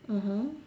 mmhmm